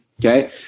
Okay